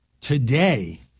today